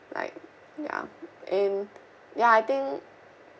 like ya and ya I think